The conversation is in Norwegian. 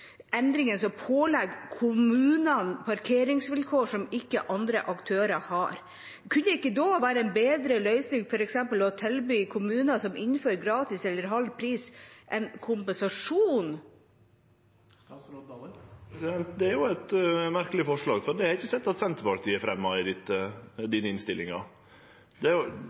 som pålegger kommunene parkeringsvilkår som ikke andre aktører har. Kunne det ikke være en bedre løsning f.eks. å tilby kommuner som innfører gratis eller halv pris, en kompensasjon? Det er jo eit merkeleg forslag, det har eg ikkje sett at Senterpartiet har fremja i denne innstillinga. Dette er